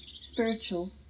spiritual